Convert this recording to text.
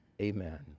Amen